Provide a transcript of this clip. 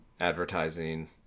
advertising